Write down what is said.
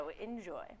enjoy